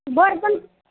बर पण